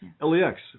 LAX